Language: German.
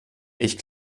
ich